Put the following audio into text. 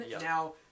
now